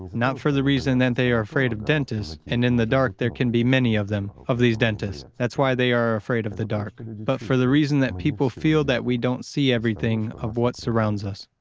not for the reason that they are afraid of dentists, and in the dark there can be many of them, of these dentists, that's why they are afraid of the dark, but for the reason that people feel that we don't see everything of what surrounds us.